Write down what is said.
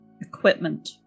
Equipment